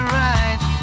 right